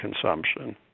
consumption